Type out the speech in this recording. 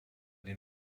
den